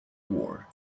war